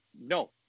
No